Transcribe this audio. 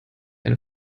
eine